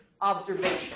observation